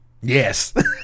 Yes